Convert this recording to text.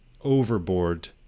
overboard